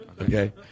Okay